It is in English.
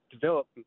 develop